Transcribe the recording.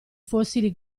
fossili